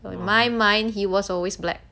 well in my mind he was always black